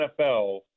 NFL